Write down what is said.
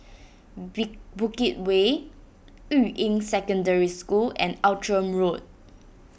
Bukit Way Yuying Secondary School and Outram Road